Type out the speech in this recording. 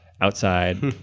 outside